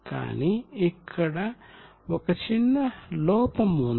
కానీ ఇక్కడ ఒక చిన్న లోపం ఉంది